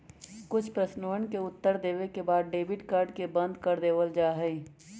कुछ प्रश्नवन के उत्तर देवे के बाद में डेबिट कार्ड के बंद कर देवल जाहई